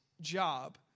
job